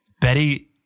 Betty